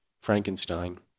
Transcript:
Frankenstein